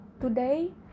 today